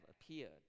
appeared